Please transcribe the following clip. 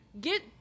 get